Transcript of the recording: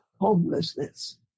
Homelessness